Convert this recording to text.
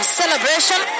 celebration